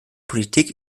politik